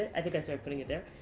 i think i started putting it there.